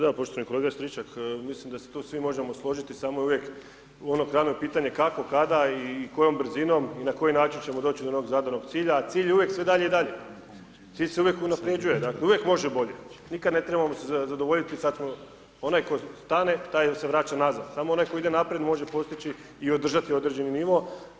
Pa da, poštovani kolega Stričak, mislim da se tu svi možemo složiti samo je uvijek ono glavno pitanje kako, kada i kojom brzinom i na koji način ćemo doći do onog zadanog cilja a cilj je uvijek sve dalji i dalji, cilj se uvijek unaprjeđujem, dakle uvijek može bolje, nikad ne trebamo se zadovoljiti sad smo onaj koji stane, taj se vraća nazad, samo onaj koji ide naprijed može postići i održati određeni nivo.